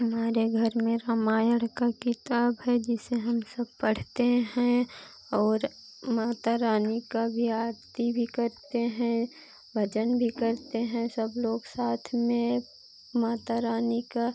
हमारे घर में रामायण का किताब है जिसे हम सब पढ़ते हैं और माता रानी का भी आरती भी करते हैं भजन भी करते हैं सब लोग साथ में माता रानी का